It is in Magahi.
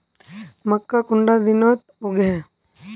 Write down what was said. मक्का कुंडा दिनोत उगैहे?